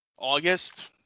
august